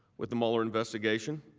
with the molar investigation.